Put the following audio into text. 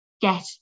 get